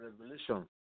revelation